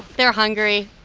they're hungry,